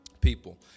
people